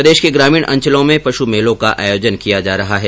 प्रदेश के ग्रामीण अंचलों में पशु मेलों का आयोजन किया जा रहा है